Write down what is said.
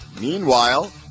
Meanwhile